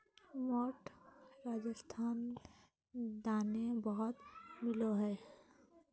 मोठ राजस्थान दने बहुत मिलो हय